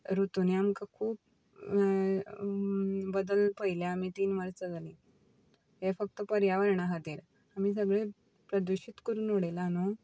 रुतूंनी आमकां खूब बदल पळयल्या आमी तीन वर्सां जालीं हें फक्त पर्यावरणा खातीर आमी सगळे प्रदुशीत करून उडयलां न्हू